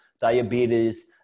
diabetes